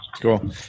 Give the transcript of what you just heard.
Cool